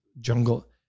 jungle